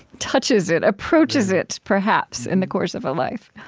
touches it, approaches it, perhaps, in the course of a life?